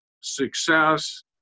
success